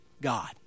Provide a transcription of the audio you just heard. God